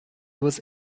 was